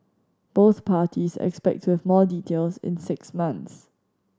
both parties expect to have more details in six months